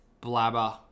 blabber